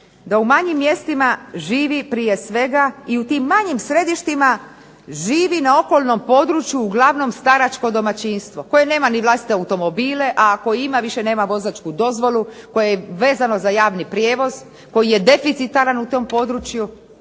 da u manjim mjestima živi prije svega, i u tim manjim središtima, živi na okolnom području uglavnom staračko domaćinstvo koje nema ni vlastite automobile, a ako ima više nema vozačku dozvolu, koje je vezano za javni prijevoz koji je deficitaran u tom području.